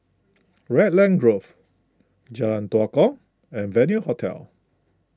Raglan Grove Jalan Tua Kong and Venue Hotel